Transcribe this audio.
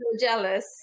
jealous